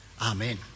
Amen